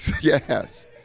Yes